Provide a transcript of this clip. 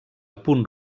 punt